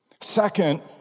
Second